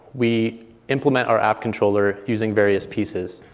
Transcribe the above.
we implement our app controller using various pieces.